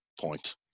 point